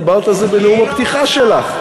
דיברת על זה בנאום הפתיחה שלך.